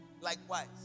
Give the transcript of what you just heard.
Likewise